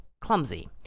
clumsy